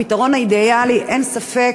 הפתרון האידיאלי, אין ספק,